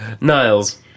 Niles